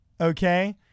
Okay